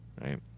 Right